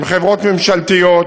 עם חברות ממשלתיות,